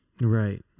Right